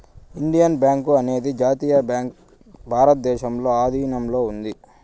Indian bank అనేది జాతీయ bank భారతదేశంలో ఆధీనంలో ఉంది